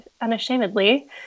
unashamedly